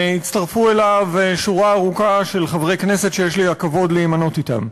והצטרפו אליו שורה ארוכה של חברי כנסת שיש לי הכבוד להימנות אתם.